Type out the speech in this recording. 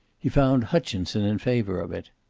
he found hutchinson in favor of it.